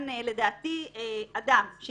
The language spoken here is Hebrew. אדוני, רק משפט אחד ברשותך.